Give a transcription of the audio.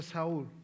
Saul